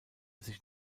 sich